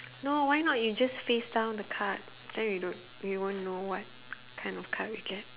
no why not you just face down the card then you don't we won't know what kind of card we get